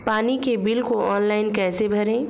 पानी के बिल को ऑनलाइन कैसे भरें?